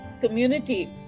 community